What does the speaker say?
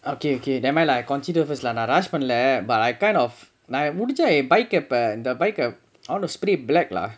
okay okay never mind lah I consider first lah நா:naa rush பண்ணல:paanala but I kind of நா முடிஞ்சா என்:naa mudinja en bike க இப்ப இந்த:ka ippa intha bike க:ka I want to spray black lah